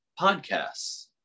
podcasts